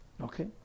Okay